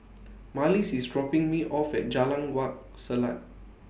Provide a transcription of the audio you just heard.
Marlys IS dropping Me off At Jalan Wak Selat